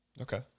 Okay